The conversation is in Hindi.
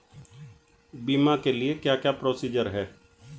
बीमा के लिए क्या क्या प्रोसीजर है?